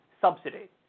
subsidy